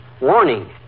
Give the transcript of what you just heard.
Warning